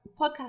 podcast